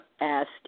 asked